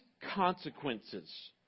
consequences